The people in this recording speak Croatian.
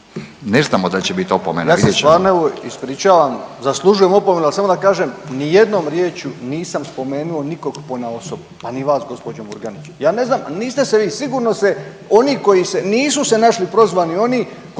se. **Kuzmanić, Matko (SDP)** Ja se stvarno evo ispričavam, zaslužujem opomenu, ali samo da kažem ni jednom riječju nisam spomenuo nikog ponaosob pa ni vas gospođo Murganić. Ja ne znam niste se vi sigurno se oni koji se nisu se našli prozvani oni koji